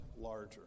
larger